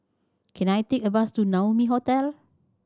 can I take a bus to Naumi Hotel